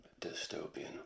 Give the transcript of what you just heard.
dystopian